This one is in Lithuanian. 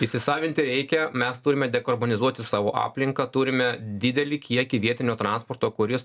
įsisavinti reikia mes turime dekarbonizuoti savo aplinką turime didelį kiekį vietinio transporto kuris